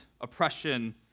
oppression